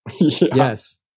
Yes